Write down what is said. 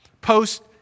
post